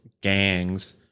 gangs